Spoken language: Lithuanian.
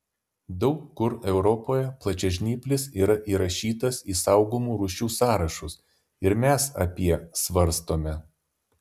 daug kur europoje plačiažnyplis yra įrašytas į saugomų rūšių sąrašus ir mes apie svarstome